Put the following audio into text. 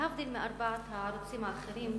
להבדיל מארבעת הערוצים האחרים,